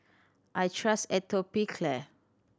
I trust Atopiclair